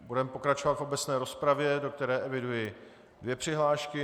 Budeme pokračovat v obecné rozpravě, do které eviduji dvě přihlášky.